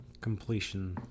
completion